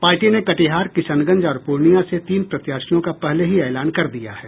party ने कटिहार किशनगंज और पूर्णियां से तीन प्रत्याशियों का पहले ही एलान कर दिया है